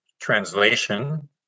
translation